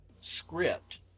script